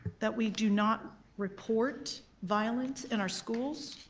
that we do not report violence in our schools.